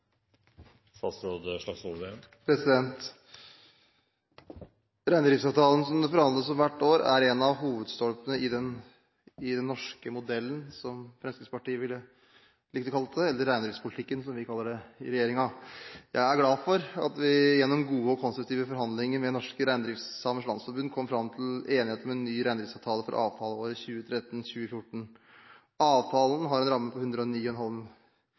en av hovedstolpene i den norske modellen, som Fremskrittspartiet ville likt å kalle det, eller reindriftspolitikken, som vi i regjeringen kaller det. Jeg er glad for at vi gjennom gode og konstruktive forhandlinger med Norske Reindriftsamers Landsforbund kom fram til enighet om en ny reindriftsavtale for avtaleåret 2013/2014. Avtalen har en ramme på 109,5